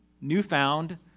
newfound